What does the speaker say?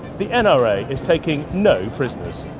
the and nra is taking no prisoners.